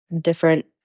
different